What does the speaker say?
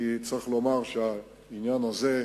כי צריך לומר שהעניין הזה,